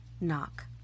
knock